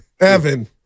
Evan